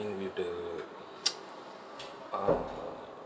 with the uh